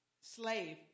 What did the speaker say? slave